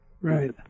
Right